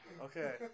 Okay